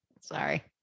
Sorry